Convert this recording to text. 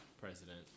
president